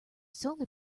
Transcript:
solar